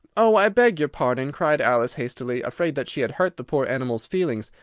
oh, i beg your pardon! cried alice hastily, afraid that she had hurt the poor animal's feelings.